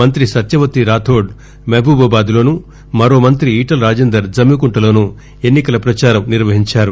మంత్రి సత్యవతి రాథోడ్ మహబూబాబాద్లోను మరో మంతి ఈటల రాజేందర్ జమ్మికుంటలోను ఎన్నికల పచారం నిర్వహించారు